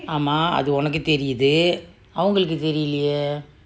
ஆமா அதே உன்னக்கு தெரியதே அவளெங்கேக்கே தேரிலேயே:aama ate unnakku teriyate avalenkekke terileye